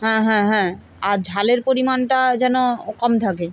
হ্যাঁ হ্যাঁ হ্যাঁ আর ঝালের পরিমাণটা যেন কম থাকে